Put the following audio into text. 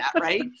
Right